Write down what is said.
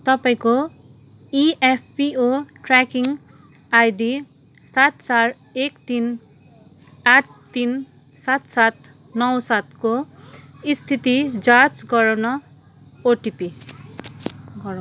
तपाईँको EPFO tracking ID सात चार एक तिन आठ तिन सात सात नौ सातको स्थिति जाँच गराउन ओटिपी